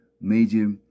major